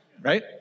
right